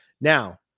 Now